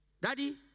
Daddy